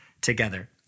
together